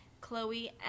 chloe